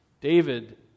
David